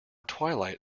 twilight